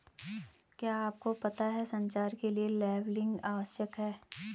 क्या आपको पता है संचार के लिए लेबलिंग आवश्यक है?